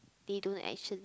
they don't actually